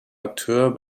akteur